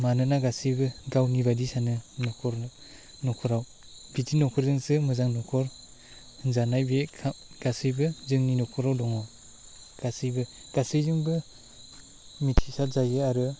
मानोना गासैबो गावनि बायदि सानो न'खाराव बिदि न'खरजोंसो मोजां न'खर होनजानाय बे गासैबो जोंनि न'खराव दङ गासैबो गासैजोंबो मिथिसार जायो आरो